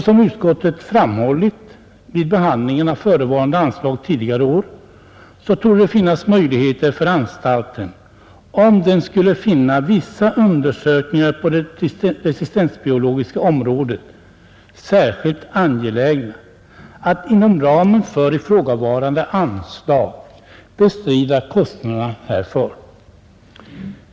Som även anförts vid behandlingen av förevarande anslag tidigare år torde finnas möjlighet för anstalten, om den finner vissa undersökningar på det resistensbiologiska området särskilt angelägna, att inom ramen för sagda medel bestrida kostnaderna härför.